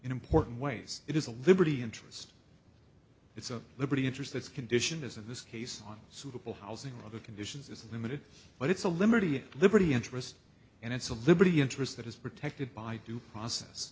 in important ways it is a liberty interest it's a liberty interest its condition is in this case on suitable housing or other conditions is limited but it's a liberty liberty interest and it's a liberty interest that is protected by due process